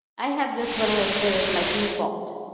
i have this one listed as my default.